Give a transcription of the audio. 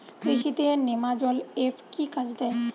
কৃষি তে নেমাজল এফ কি কাজে দেয়?